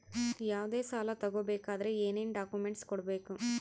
ಯಾವುದೇ ಸಾಲ ತಗೊ ಬೇಕಾದ್ರೆ ಏನೇನ್ ಡಾಕ್ಯೂಮೆಂಟ್ಸ್ ಕೊಡಬೇಕು?